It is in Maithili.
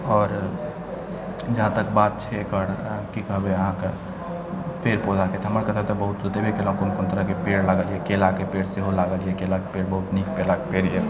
आओर जहाँ तक बात छै एकर की कहबै अहाँके पेड़ पौधाके तऽ हमर देबे कयलहुँ कोन कोन तरहके पेड़ केलाके पेड़ सेहो लागल यऽ केलाके पेड़ बहुत नीक केलाके पेड़ यऽ